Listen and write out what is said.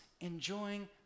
enjoying